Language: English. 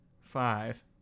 five